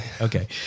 okay